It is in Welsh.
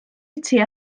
tua